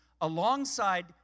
alongside